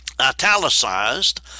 italicized